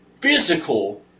physical